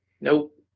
Nope